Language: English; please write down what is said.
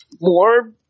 more